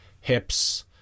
Hips